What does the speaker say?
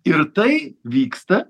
ir tai vyksta